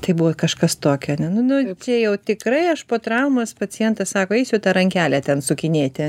tai buvo kažkas tokio ane nu nu čia jau tikrai aš po traumos pacientas sako eisiu tą rankelę ten sukinėti